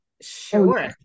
Sure